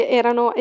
erano